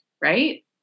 Right